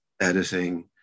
editing